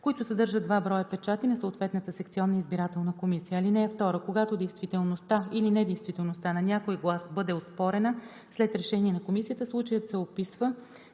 които съдържат два броя печати на съответната секционна избирателна комисия. (2) Когато действителността или недействителността на някой глас бъде оспорена, след решение на комисията случаят се описва